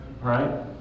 Right